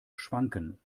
schwanken